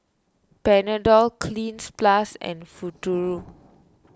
Panadol Cleanz Plus and Futuro